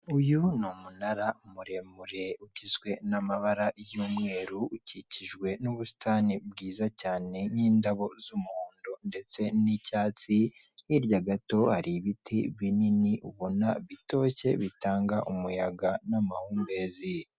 Uyu ni umunara muremure ugizwe n'amabara y'umweru, ukikijwe n'ubusitani bwiza cyane n'indabo z'umuhondo ndetse n'icyatsi, hirya gato hari ibiti binini ubona bitoshye bitanga umuyaga n'amahumbezi.